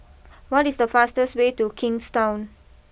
what is the fastest way to Kingstown